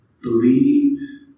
Believe